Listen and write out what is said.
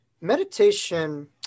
Meditation